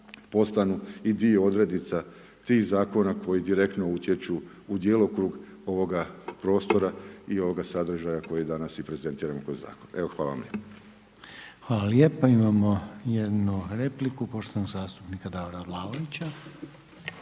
postanu i dio odrednica tih zakona koji direktno utječu u djelokrug ovoga prostora i ovoga sadržaja koji je danas i prezentiran kroz zakon. Evo, hvala vam lijepo. **Reiner, Željko (HDZ)** Hvala lijepo. Imamo jednu repliku, poštovanog zastupnika Davora Vlaovića.